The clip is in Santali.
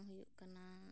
ᱦᱩᱭᱩᱜ ᱠᱟᱱᱟ